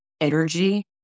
energy